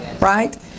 right